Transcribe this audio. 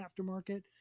aftermarket